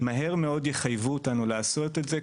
מהר מאוד יחייבו אותנו לעשות את זה.